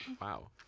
Wow